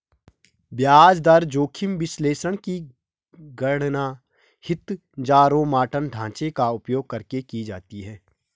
ब्याज दर जोखिम विश्लेषण की गणना हीथजारोमॉर्टन ढांचे का उपयोग करके की जाती है